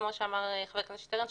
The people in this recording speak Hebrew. כמו שאמר חבר הכנסת שטרן,